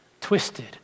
twisted